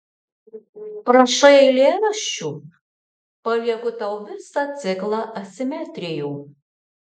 prašai eilėraščių palieku tau visą ciklą asimetrijų